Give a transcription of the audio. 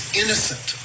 innocent